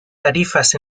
tarifas